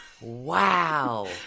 Wow